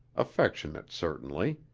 affectionate certainly,